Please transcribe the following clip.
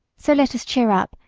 so let us cheer up,